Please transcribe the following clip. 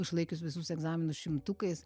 išlaikius visus egzaminus šimtukais